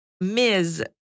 ms